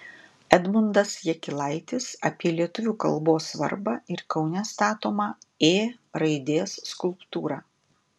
edmundas jakilaitis apie lietuvių kalbos svarbą ir kaune statomą ė raidės skulptūrą